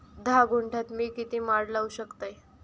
धा गुंठयात मी किती माड लावू शकतय?